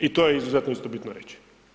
I to je izuzetno isto bitno reći.